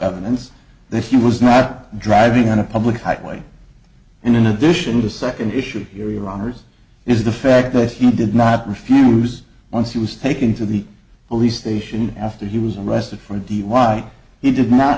evidence that he was not driving on a public highway and in addition to the second issue your honour's is the fact that he did not refuse once he was taken to the police station after he was arrested for dui he did not